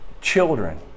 children